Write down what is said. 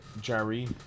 Jerry